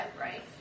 right